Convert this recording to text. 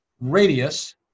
radius